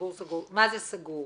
מה זה סגור?